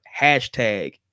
hashtag